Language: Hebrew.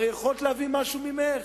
הרי יכולת להביא משהו משלך.